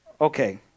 Okay